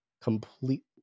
complete